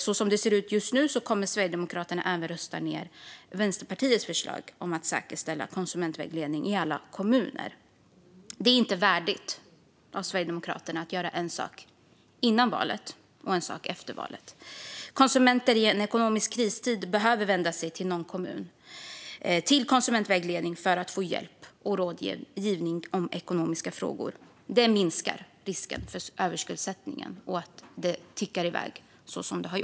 Och som det ser ut just nu kommer Sverigedemokraterna även att rösta ned Vänsterpartiets förslag om att säkerställa konsumentvägledning i alla kommuner. Det är inte värdigt av Sverigedemokraterna att göra en sak innan valet och en annan sak efter valet. Konsumenter i en ekonomisk kristid behöver kunna vända sig till en kommun, till konsumentvägledning, för att få hjälp och råd i ekonomiska frågor. Det minskar risken för att överskuldsättningen tickar iväg.